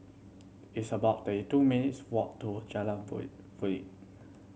it's about thirty two minutes' walk to Jalan